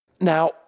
now